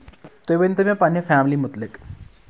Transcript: تُہۍ ؤنۍ تَو مےٚ پَنٕنہِ فیملی مُتلِق